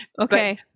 okay